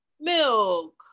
milk